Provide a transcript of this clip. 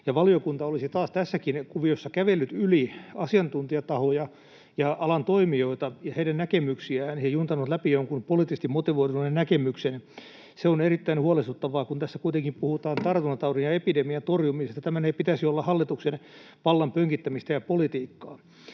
valiokunta olisi taas tässäkin kuviossa kävellyt yli asiantuntijatahojen ja alan toimijoiden ja heidän näkemystensä ja juntannut läpi jonkun poliittisesti motivoituneen näkemyksen. Se on erittäin huolestuttavaa, kun tässä kuitenkin puhutaan tartuntataudin ja epidemian torjumisesta. Tämän ei pitäisi olla hallituksen vallan pönkittämistä ja politiikkaa.